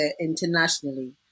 internationally